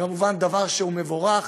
כמובן דבר שהוא מבורך,